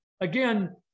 again